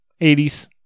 80s